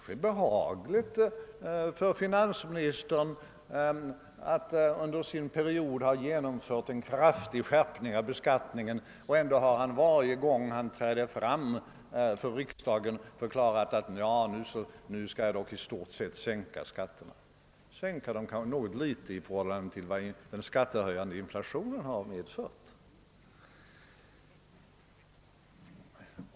Herr Sträng upplever det kanske som behagligt att han under sin period som finansminister genomfört en kraftig skärpning av beskattningen, trots att han varje gång han trätt fram för riksdagen förklarat att nu skall han i stort sett sänka skatterna — sänka dem något litet i förhållande till den nivå som de genom den skattehöjande inflationen uppnått.